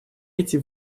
эти